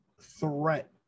threat